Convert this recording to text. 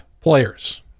players